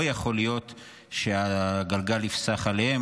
ולא יכול להיות שהגלגל יפסח עליהם.